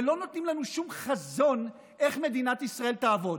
ולא נותנים לנו שום חזון איך מדינת ישראל תעבוד,